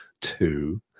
two